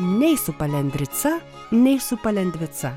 nei su palendrica nei su palendvica